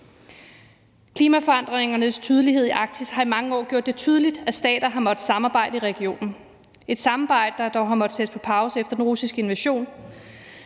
Klimaforandringernes tydelighed i Arktis har i mange år gjort det klart, at stater har måttet samarbejde i regionen. Det er et samarbejde, der dog har måttet sættes på pause efter den russiske invasion.